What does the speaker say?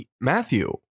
Matthew